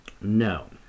No